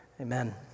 Amen